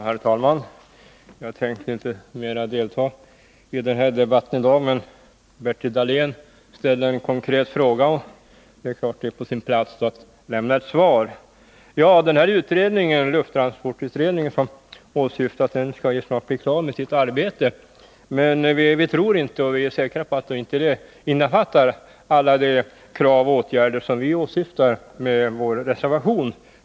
Herr talman! Jag tänkte inte delta mer i denna debatt i dag, men Bertil Dahlén ställde en konkret fråga, och det är klart att det är på sin plats att jag lämnar ett svar. Den utredning — lufttransportutredningen — som åsyftas skall snart bli klar med sitt arbete. Men vi är säkra på att den inte innefattar alla de krav och åtgärder som vi anger i vår reservation.